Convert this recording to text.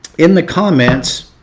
in the comments,